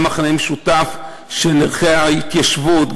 גם מכנה משותף של ערכי ההתיישבות,